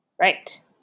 Right